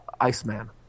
Iceman